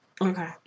okay